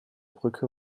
brücke